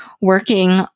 working